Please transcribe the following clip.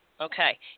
okay